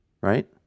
Right